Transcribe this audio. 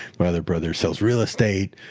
my other brother sells real estate.